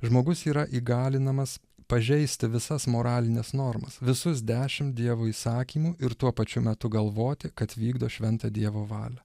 žmogus yra įgalinamas pažeisti visas moralines normas visus dešimt dievo įsakymų ir tuo pačiu metu galvoti kad vykdo šventą dievo valią